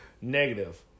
Negative